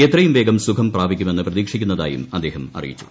എത്രയും വേഗം സുഖം പ്രാപിക്കുമെന്ന് പ്രതീക്ഷിക്കുന്നതായും അദ്ദേഹം അറിയിച്ചു